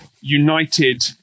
united